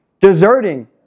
Deserting